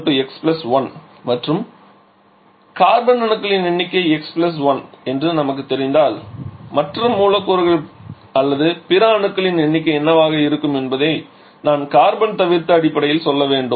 of C x 1 மற்றும் carbon அணுக்களின் எண்ணிக்கை x 1 என்று நமக்குத் தெரிந்தால் மற்ற மூலக்கூறுகள் அல்லது பிற அணுக்களின் எண்ணிக்கை என்னவாக இருக்கும் என்பதை நான் கார்பன் தவிர்த்து அடிப்படையில் சொல்ல வேண்டும்